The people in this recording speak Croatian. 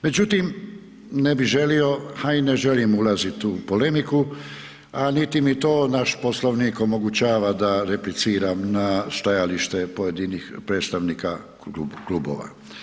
Međutim, ne bih želio a i ne želim ulaziti u polemiku a niti mi to naš Poslovnik omogućava da repliciram na stajalište pojedinih predstavnika klubova.